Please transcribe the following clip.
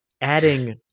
adding